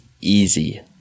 easy